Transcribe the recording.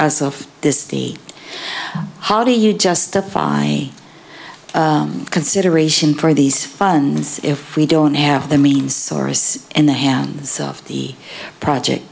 as of this day how do you justify consideration for these funds if we don't have the means source in the hands of the project